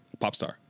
Popstar